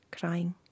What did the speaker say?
crying